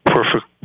Perfect